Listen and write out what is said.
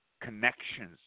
connections